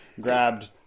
grabbed